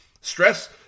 Stress